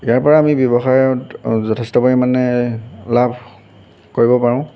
ইয়াৰ পৰা আমি ব্যৱসায়ত যথেষ্ট পৰিমাণে লাভ কৰিব পাৰোঁ